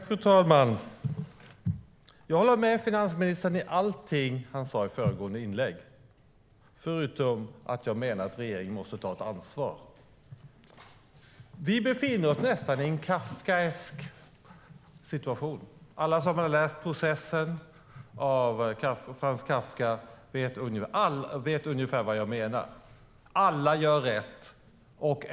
Fru talman! Jag håller med finansministern om allting han sade i föregående inlägg, förutom att jag menar att regeringen måste ta ett ansvar. Vi befinner oss nästan i en Kafkasituation. Alla som har läst Processen av Franz Kafka vet ungefär vad jag menar. Alla gör rätt.